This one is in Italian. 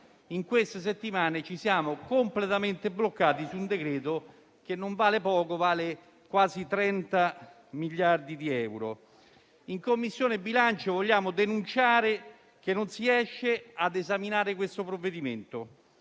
in queste settimane ci siamo completamente bloccati su un decreto-legge che non vale poco, perché vale quasi 31 miliardi di euro. In Commissione bilancio vogliamo denunciare che non si riesce ad esaminare questo provvedimento,